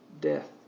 death